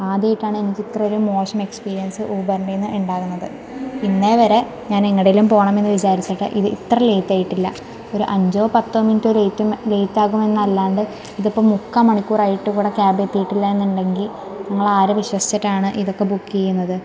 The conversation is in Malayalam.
ആദ്യമായിട്ടാണ് എനിക്കിത്രൊരു മോശം എക്സ്പീരിയന്സ് ഊബറിൻ്റെയ്ന്ന് ഉണ്ടാവുന്നത് ഇന്നേവരെ ഞാന് എങ്ങടേലും പോണമെന്ന് വിചാരിച്ചിട്ട് ഇത് ഇത്ര ലേറ്റായിട്ടില്ല ഒരു അഞ്ചോ പത്തോ മിൻറ്റോ ലേറ്റെന്ന് ലേറ്റാകുമെന്നല്ലാണ്ട് ഇതിപ്പം മുക്കാൽ മണിക്കൂറായിട്ടിവിടെ ക്യാബെത്തീട്ടില്ലാന്നുണ്ടെങ്കിൽ ഞങ്ങളാരെ വിശ്വസിച്ചിട്ടാണ് ഇതക്കെ ബുക്ക് ചെയ്യ്ന്നത്